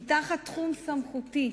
כי בתחום סמכותי